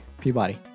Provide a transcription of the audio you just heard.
Peabody